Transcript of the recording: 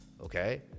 okay